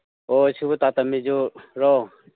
ꯑꯣ ꯁꯤꯕꯨ ꯇꯥ ꯇꯃꯤꯖꯨꯔꯣ